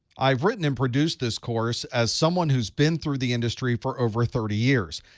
i've written and produced this course as someone who's been through the industry for over thirty years,